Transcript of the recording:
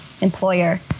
employer